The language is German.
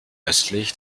östlich